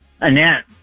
Annette